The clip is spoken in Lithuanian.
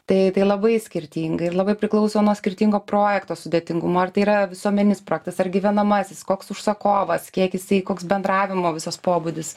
tai tai labai skirtinga ir labai priklauso nuo skirtingo projekto sudėtingumo ar tai yra visuomeninis projektas ar gyvenamasis koks užsakovas kiek jis koks bendravimo visas pobūdis